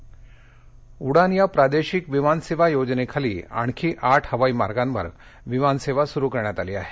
उडान उडान या प्रादेशिक विमानसेवा योजनेखाली आणखी आठहवाई मार्गांवर विमानसेवा सुरु करण्यात आली आहे